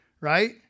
Right